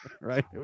right